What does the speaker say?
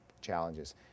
challenges